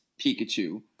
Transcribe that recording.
Pikachu